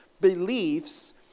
Beliefs